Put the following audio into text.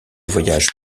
voyage